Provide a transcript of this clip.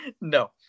No